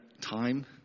time